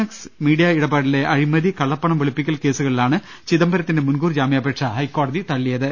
S media ഇടപാടിലെ അഴിമതി കള്ളപ്പണം വെളു പ്പിക്കൽ കേസുകളിലാണ് ചിദംബരത്തിന്റെ മുൻകൂർ ജാമ്യാപേക്ഷ ഹൈക്കോടതി തള്ളിയത്